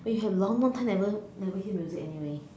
but you have long long time never never hear music anyway